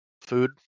Food